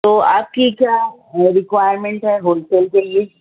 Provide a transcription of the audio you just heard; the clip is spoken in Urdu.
تو آپ کی کیا ریکوائرمینٹ ہے ہول سیل کے لیے